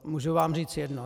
Můžu vám říct jedno.